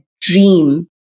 dream